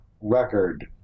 record